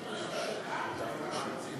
ההצעה